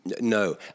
No